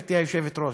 גברתי היושבת-ראש,